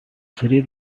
series